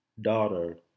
daughter